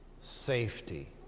safety